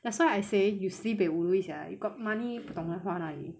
that's why I say you sibei wu lui sia you got money 不懂得花哪里